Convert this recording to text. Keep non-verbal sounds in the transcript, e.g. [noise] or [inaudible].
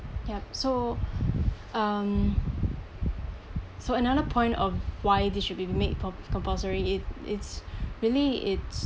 yup so um so another point of why they should be made com~ compulsory it it's [breath] really it's